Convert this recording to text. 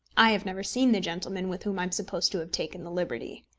i have never seen the gentleman with whom i am supposed to have taken the liberty.